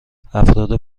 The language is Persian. افراد